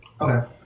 Okay